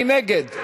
מי נגד?